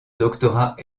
doctorat